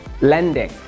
lending